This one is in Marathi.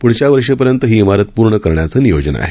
प्ढच्या वर्षीपर्यंत ही इमारत पूर्ण करण्यांचं नियोजन आहे